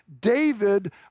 David